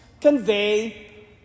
convey